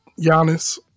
Giannis